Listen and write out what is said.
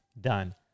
done